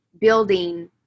building